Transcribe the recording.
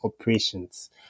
operations